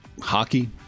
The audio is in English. hockey